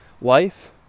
Life